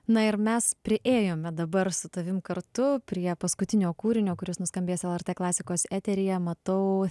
na ir mes priėjome dabar su tavim kartu prie paskutinio kūrinio kuris nuskambės lrt klasikos eteryje matau